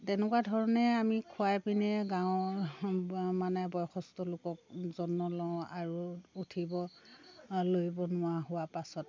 তেনেকুৱা ধৰণে আমি খোৱাইপিনে গাঁও মানে বয়সস্ত লোকক যত্ন লওঁ আৰু উঠিব লৰিব নোৱাৰা হোৱা পাছত